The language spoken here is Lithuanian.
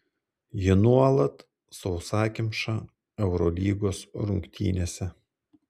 ji nuolat sausakimša eurolygos rungtynėse